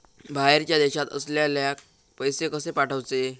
बाहेरच्या देशात असलेल्याक पैसे कसे पाठवचे?